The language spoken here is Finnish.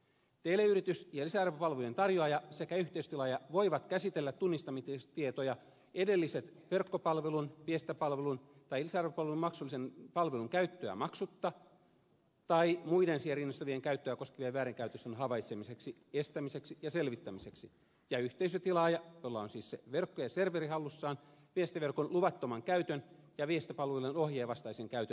teleyritys ja lisäarvopalvelujen tarjoaja sekä yhteisötilaaja voivat käsitellä tunnistamistietoja edelliset verkkopalvelun viestintäpalvelun tai lisäarvopalvelun maksullisen palvelun käyttöä maksutta tai muiden siihen rinnastettavien käyttöä koskevien väärinkäytösten havaitsemiseksi estämiseksi ja selvittämiseksi ja yhteisötilaaja jolla on siis se verkko ja serveri hallussaan viestintäverkon luvattoman käytön ja viestintäpalveluiden ohjeen vastaisen käytön selvittämiseksi